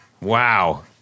Wow